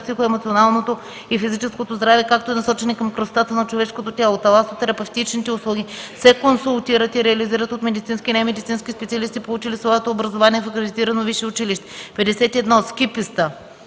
психо-емоционалното и физическото здраве, както и насочени към красотата на човешкото тяло. Таласотерапевтичните услуги се консултират и реализират от медицински и немедицински специалисти, получили своето образование в акредитирано висше училище. 51. „Ски писта”